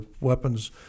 weapons